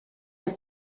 voor